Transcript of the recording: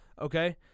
okay